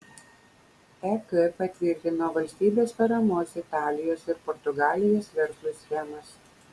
ek patvirtino valstybės paramos italijos ir portugalijos verslui schemas